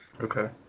Okay